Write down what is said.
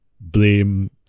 blame